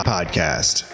Podcast